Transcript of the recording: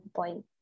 point